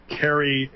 carry